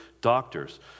doctors